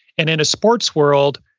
and in a sports world,